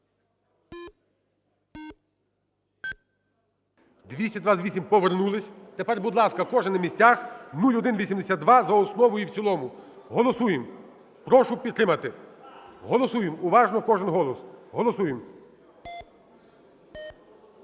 За-228 Повернулися. Тепер, будь ласка, кожен на місцях, 0182 за основу і в цілому голосуємо. Прошу підтримати. Голосуємо. Уважно, кожен голос, голосуємо.